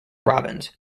robins